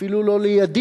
אפילו לא לידיד,